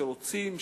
שרוצים,